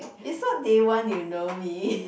is not day one you know me